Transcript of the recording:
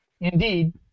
indeed